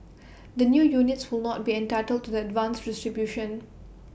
the new units will not be entitled to the advanced distribution